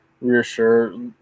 reassure